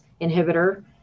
inhibitor